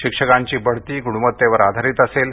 शिक्षकांची बढती गुणवत्तेवर आधारित असेल